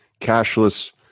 cashless